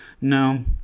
No